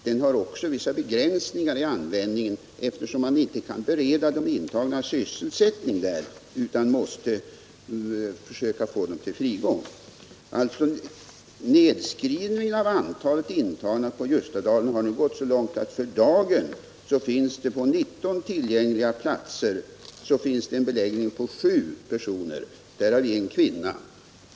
Den har också vissa begränsningar i användning, eftersom man inte kan bereda de intagna sysselsättning där utan måste försöka få dem till frigång. Nedskrivningen av antalet intagna på Ljustadalen har gått så långt att för dagen finns på 19 tillgängliga platser en beläggning med 7 personer. därav I kvinna.